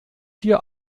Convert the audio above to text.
hier